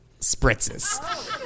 spritzes